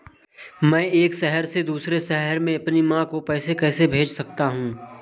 मैं एक शहर से दूसरे शहर में अपनी माँ को पैसे कैसे भेज सकता हूँ?